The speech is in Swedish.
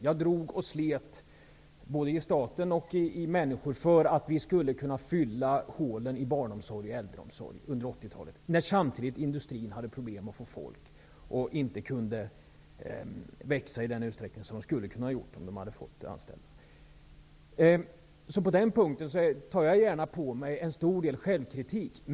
Jag drog och slet både i stat och människor för att uppfylla barn och äldreomsorgens behov av personal under 80-talet. Samtidigt hade industrin problem med att få tag på folk, och industrin kunde inte växa i den utsträckning den hade kunnat göra om den hade fått tag på folk. På den punkten utövar jag gärna självkritik.